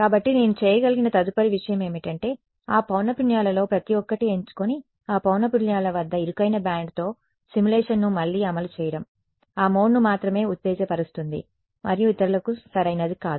కాబట్టి నేను చేయగలిగిన తదుపరి విషయం ఏమిటంటే ఆ పౌనఃపున్యాలలో ప్రతి ఒక్కటి ఎంచుకొని ఆ పౌనఃపున్యాల వద్ద ఇరుకైన బ్యాండ్తో సిములేషన్ ను మళ్లీ అమలు చేయడం ఆ మోడ్ను మాత్రమే ఉత్తేజపరుస్తుంది మరియు ఇతరులకు సరైనది కాదు